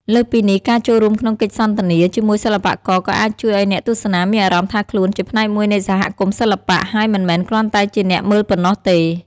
លើសពីនេះ ការចូលរួមក្នុងកិច្ចសន្ទនាជាមួយសិល្បករក៏អាចជួយឲ្យអ្នកទស្សនាមានអារម្មណ៍ថាខ្លួនជាផ្នែកមួយនៃសហគមន៍សិល្បៈ ហើយមិនមែនគ្រាន់តែជាអ្នកមើលប៉ុណ្ណោះទេ។